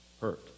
hurt